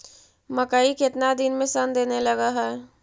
मकइ केतना दिन में शन देने लग है?